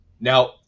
Now